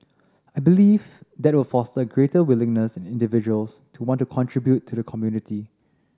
I believe that will foster a greater willingness in individuals to want to contribute to the community